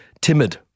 timid